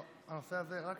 אדוני היושב-ראש,